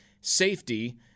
safety